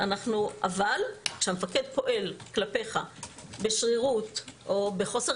אבל כשהמפקד פועל כלפיך בשרירות או בחוסר